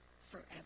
forever